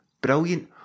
Brilliant